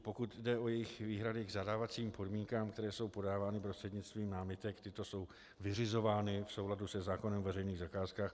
Pokud jde o jejich výhrady k zadávacím podmínkám, které jsou podávány prostřednictvím námitek, tyto jsou vyřizovány v souladu se zákonem o veřejných zakázkách.